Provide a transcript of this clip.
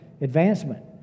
advancement